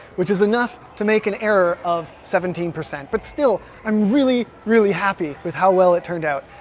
which is enough to make an error of seventeen percent but still, i'm really, really happy with how well it turned out.